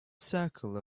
circle